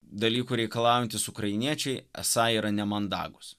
dalykų reikalaujantys ukrainiečiai esą yra nemandagūs